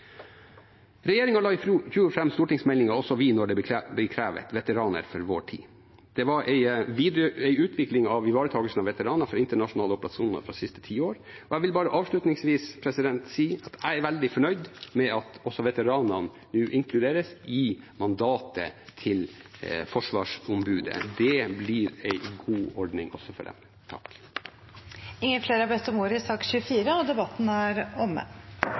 la i fjor fram stortingsmeldingen «Også vi når det blir krevet – Veteraner i vår tid». Det var en utvikling av ivaretakelsen av veteraner for internasjonale operasjoner fra de siste ti år. Jeg vil bare avslutningsvis si at jeg er veldig fornøyd med at også veteranene nå inkluderes i mandatet til Forsvarsombudet. Det blir en god ordning også for dem. Flere har ikke bedt om ordet til sak nr. 24. Etter ønske fra transport- og